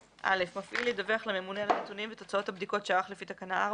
מפעיל ידווח לממונה על הנתונים ותוצאות בדיקות שערך לפי תקנה 4,